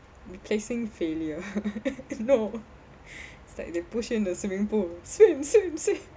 replacing failure no it's like they push in the swimming pool swim swim swim